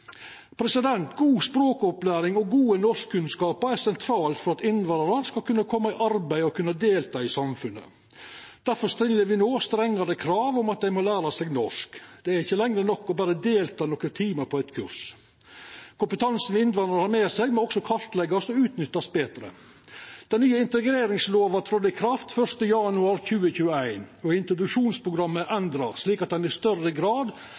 God språkopplæring og gode norskkunnskapar er sentralt for at innvandrarar skal kunna kome i arbeid og delta i samfunnet. Difor stiller me no strengare krav om at dei må læra seg norsk. Det er ikkje lenger nok å berre delta i nokre timar på eit kurs. Kompetansen innvandrarane har med seg, må også kartleggjast og utnyttast betre. Den nye integreringslova tredde i kraft 1. januar 2021. Introduksjonsprogrammet er endra, slik at ein i større grad